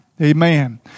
Amen